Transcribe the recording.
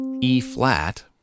E-flat